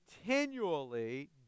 continually